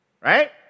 Right